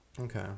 Okay